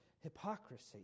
hypocrisy